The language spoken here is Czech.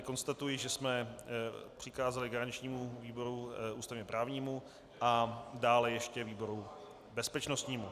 Konstatuji tedy, že jsme přikázali garančnímu výboru ústavněprávnímu a dále ještě výboru bezpečnostnímu.